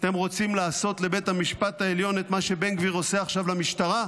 אתם רוצים לעשות לבית המשפט העליון את מה שבן גביר עושה עכשיו למשטרה?